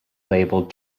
labeled